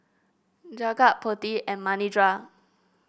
Jagat Potti and Manindra